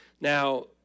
Now